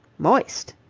moist.